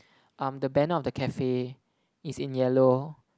um the banner of the cafe is in yellow